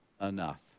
enough